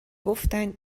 گفتند